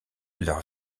leur